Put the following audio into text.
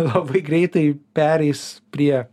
labai greitai pereis prie